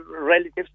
relatives